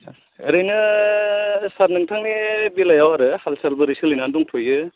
ओरैनो सार नोंथांनि बेलायाव आरो हाल साल बोरै सोलिनानै दंथ'यो